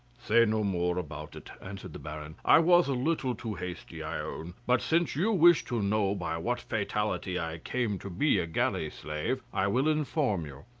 say no more about it, answered the baron. i was a little too hasty, i own, but since you wish to know by what fatality i came to be a galley-slave i will inform you.